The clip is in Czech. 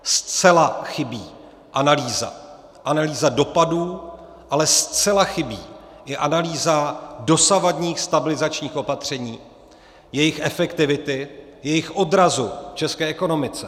Zcela chybí analýza analýza dopadů, ale zcela chybí i analýza dosavadních stabilizačních opatření, jejich efektivity, jejich odrazu v české ekonomice.